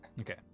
okay